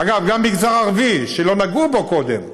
אגב, גם המגזר הערבי, שלא נגעו בו קודם: